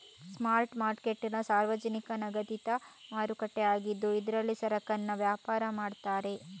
spot market ಸಾರ್ವಜನಿಕ ನಗದಿನ ಮಾರುಕಟ್ಟೆ ಆಗಿದ್ದು ಇದ್ರಲ್ಲಿ ಸರಕನ್ನ ವ್ಯಾಪಾರ ಮಾಡ್ತಾರೆ